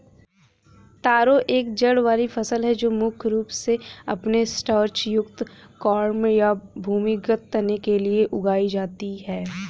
तारो एक जड़ वाली फसल है जो मुख्य रूप से अपने स्टार्च युक्त कॉर्म या भूमिगत तने के लिए उगाई जाती है